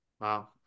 wow